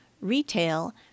retail